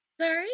Sorry